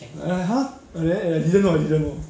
then like !huh! eh I didn't know I didn't know